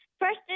first